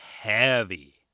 Heavy